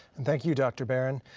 and thank you dr. barron.